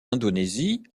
indonésie